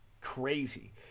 Crazy